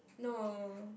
no